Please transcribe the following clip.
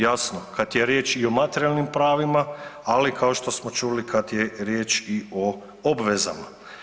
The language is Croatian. Jasno kad je riječ i o materijalnim pravima, ali kao što smo čuli kad je riječ i o obvezama.